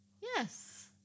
yes